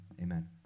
Amen